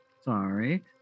Sorry